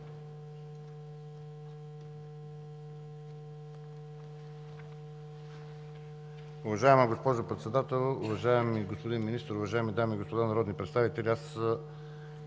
Уважаема госпожо Председател, уважаеми господин Министър, уважаеми дами и господа народни представители!